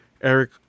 Eric